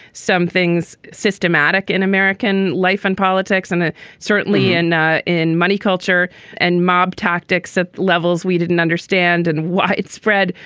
some things systematic systematic in american life and politics and ah certainly in ah in money, culture and mob tactics at levels we didn't understand and why it spread.